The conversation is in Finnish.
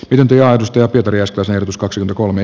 yhdentyä ympäristöselvitys kaksi kolme